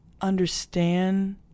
understand